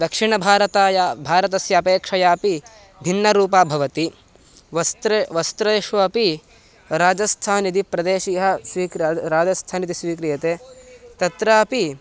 दक्षिणभारताया भारतस्य अपेक्षयापि भिन्नरूपा भवति वस्त्रे वस्त्रेषु अपि राजस्थान् यदि प्रदेशीयः स्वीकृ राजस्थान् इति स्वीक्रियते तत्रापि